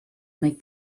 make